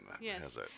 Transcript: Yes